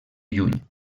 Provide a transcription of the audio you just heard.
lluny